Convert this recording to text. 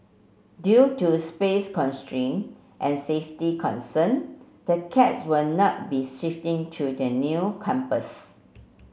due to space constraint and safety concern the cats will not be shifting to the new campus